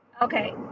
Okay